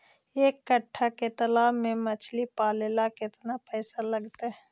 एक कट्ठा के तालाब में मछली पाले ल केतना पैसा लगतै?